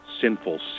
Sinful